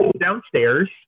downstairs